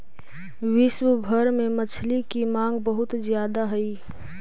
विश्व भर में मछली की मांग बहुत ज्यादा हई